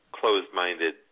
closed-minded